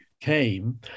came